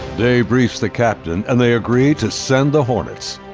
day briefs the captain and they agree to send the hornets.